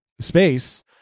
space